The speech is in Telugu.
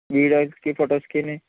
వీడియోస్కి ఫొటోస్కీ